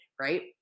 right